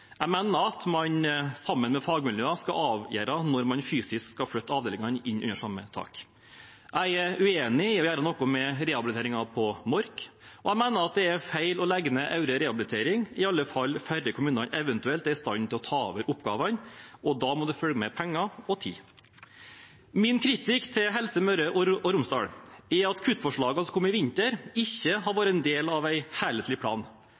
Jeg mener at man sammen med fagmiljøene skal avgjøre når man fysisk skal flytte avdelingene inn under samme tak. Jeg er uenig i å gjøre noe med rehabiliteringen på Mork, og jeg mener det er feil å legge ned Aure rehabiliteringssenter – i alle fall før kommunene eventuelt er i stand til å ta over oppgavene, og da må det følge med penger og tid. Min kritikk til Helse Møre og Romsdal er at kuttforslagene som kom i vinter, ikke har vært en del av en helhetlig plan.